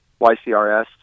YCRS